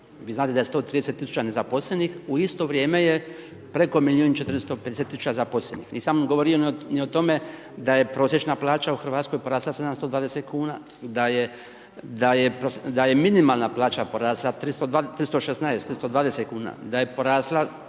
Vi znate da je 130 tisuća nezaposlenih, u isto vrijeme je preko milijun i 450 tisuća zaposlenih. Nisam govorio ni o tome da je prosječna plaća u Hrvatskoj porasla 720 kn, da je minimalna plaća porasla 316, 320 kn, da je porasla